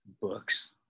books